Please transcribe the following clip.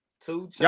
two